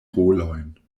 rolojn